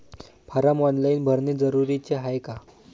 Form online भरने जरुरीचे हाय का?